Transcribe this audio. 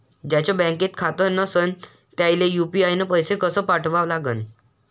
ज्याचं बँकेत खातं नसणं त्याईले यू.पी.आय न पैसे कसे पाठवा लागन?